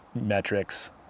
metrics